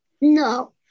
No